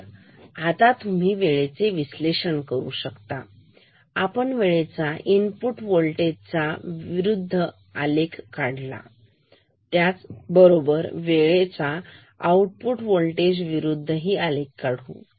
तर आता तुम्ही वेळेचे विश्लेषण करू या आपण वेळेचा इनपुट वोल्टेज चा विरुद्ध आलेख आणि त्याच बरोबर वेळेचा आउटपुट होल्टेज विरुद्ध आलेख काढू